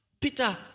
Peter